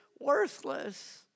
worthless